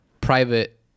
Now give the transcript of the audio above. private